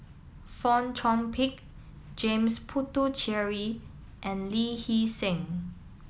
Fong Chong Pik James Puthucheary and Lee Hee Seng